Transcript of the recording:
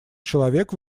человек